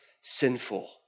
sinful